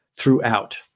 throughout